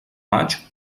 maig